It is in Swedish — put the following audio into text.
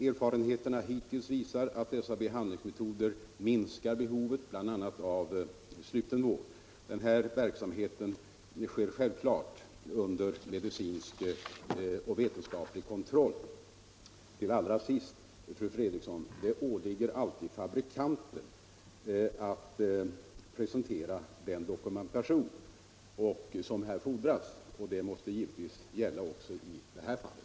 Erfarenheterna hittills visar att dessa behandlingsmetoder minskar behovet av bl.a. sluten vård. Denna verksamhet sker självklart under medicinsk och vetenskaplig kontroll. Allra sist, fru Fredrikson, åligger det alltid fabrikanten att presentera den dokumentation som fordras, och det måste givetvis gälla även i det här fallet.